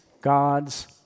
God's